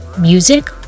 Music